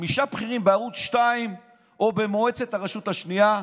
חמישה בכירים בערוץ 2 או במועצת הרשות השנייה,